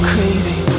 Crazy